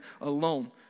alone